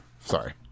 Sorry